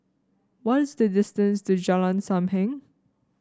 what is the distance to Jalan Sam Heng